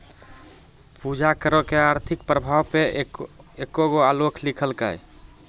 पूजा करो के आर्थिक प्रभाव पे एगो आलेख लिखलकै